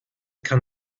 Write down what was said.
kann